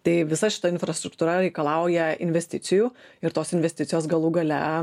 tai visa šita infrastruktūra reikalauja investicijų ir tos investicijos galų gale